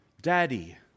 Daddy